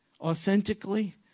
authentically